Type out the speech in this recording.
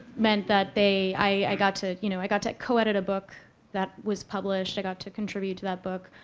meant that they i got to you know i got to co-edit a book that was published. i got to contribute to that book.